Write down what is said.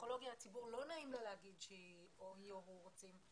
בפסיכולוגיה הציבור לא נעים לה להגיד שהוא או היא רוצים.